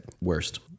worst